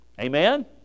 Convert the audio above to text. Amen